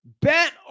Bet